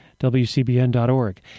WCBN.org